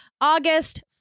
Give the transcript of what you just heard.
August